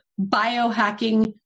biohacking